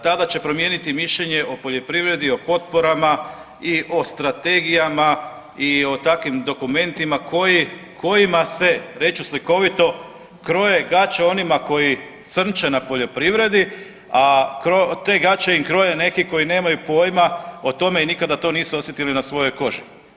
Tada će promijeniti mišljenje o poljoprivredi, o potporama i o strategijama i o takvim dokumentima koji, kojima se reći ću slikovito kroje gaće onima koji crnče na poljoprivredi, a te gaće im kroje neki koji nemaju pojima o tome i nikada to nisu osjetili na svojoj koži.